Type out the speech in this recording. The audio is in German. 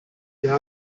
wir